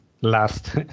last